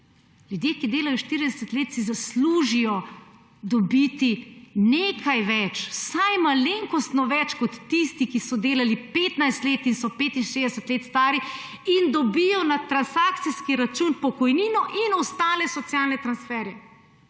Ljudje, ki delajo 40 let, si zaslužijo dobiti nekaj več, vsaj malenkostno več kot tisti, ki so delali 15 let in so 65 let stari in dobijo na transakcijski račun pokojnino in ostale socialne transferje,